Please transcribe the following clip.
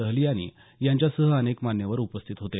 तहिलियानी यांच्यासह अनेक मान्यवर उपस्थित होते